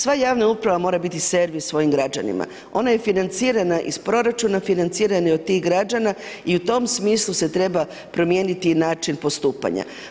Sva javna uprava mora biti servis svojim građanima, ona je financirana iz proračuna, financirana je od tih građana i u tom smislu se treba promijeniti i način postupanja.